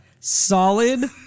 Solid